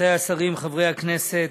רבותי השרים, חברי הכנסת,